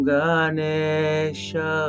Ganesha